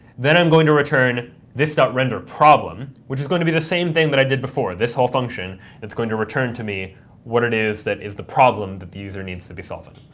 then i'm going to return this renderproblem, which is going to be the same thing that i did before. this whole function is going to return to me what it is that is the problem that the user needs to be solving.